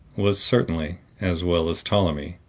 was certainly, as well as ptolemy,